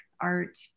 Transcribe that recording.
art